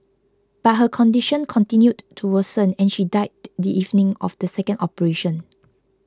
but her condition continued to worsen and she died the evening of the second operation